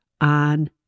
on